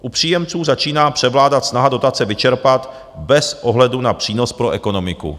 U příjemců začíná převládat snaha dotace vyčerpat bez ohledu na přínos pro ekonomiku.